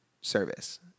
service